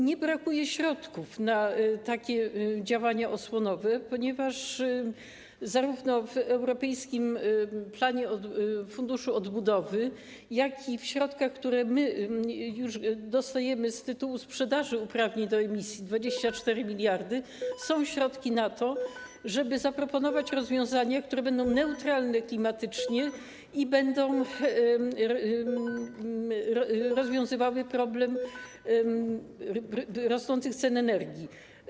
Nie brakuje środków na takie działania osłonowe, ponieważ zarówno w europejskim Funduszu Odbudowy, jak i w przypadku środków, które już dostajemy z tytułu sprzedaży uprawnień do emisji, chodzi o 24 mld, są środki na to, żeby zaproponować rozwiązania, które będą neutralne klimatycznie i będą rozwiązywały problem rosnących cen energii.